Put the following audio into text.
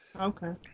Okay